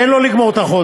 כשאין לו לגמור את החודש.